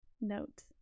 note